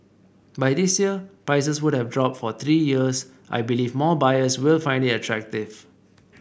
by this year prices would have dropped for three years I believe more buyers will find it attractive